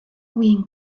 win